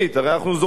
הרי אנחנו זוכרים,